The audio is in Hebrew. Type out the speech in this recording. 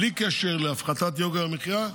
בלי קשר להפחתת יוקר המחיה,